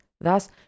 Thus